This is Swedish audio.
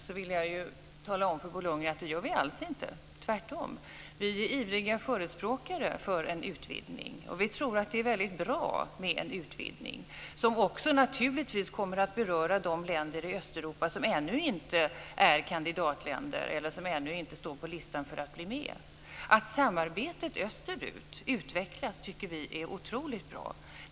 Då vill jag tala om för Bo Lundgren att det gör vi alls inte, tvärtom. Vi är ivriga förespråkare för en utvidgning. Vi tror att det är väldigt bra med en utvidgning, som också naturligtvis kommer att beröra de länder i Östeuropa som ännu inte är kandidatländer eller som ännu inte står på listan för att bli med. Att samarbetet österut utvecklas tycker vi är otroligt bra.